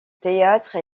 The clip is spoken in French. théâtre